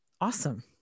awesome